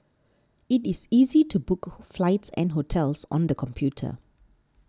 it is easy to book flights and hotels on the computer